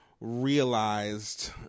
realized